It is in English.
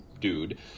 dude